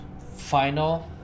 final